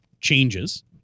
changes